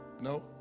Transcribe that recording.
No